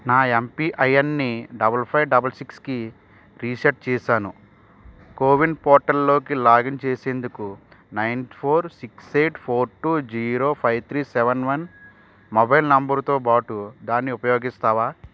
నా ఎంపీఐఎన్ని double five double సిక్స్కి రీసెట్ చేసాను కోవిన్ పోర్టల్లోకి లాగిన్ చేసేందుకు nine four six eight four two zero five three seven one mobile నంబరుతో బాటు దాన్ని ఉపయోగిస్తావా